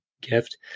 gift